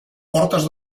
portes